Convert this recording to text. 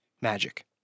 magic